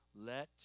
Let